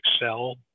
Excel